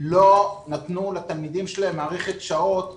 לא נתנו לתלמידים שלהם מערכת שעות מובנית,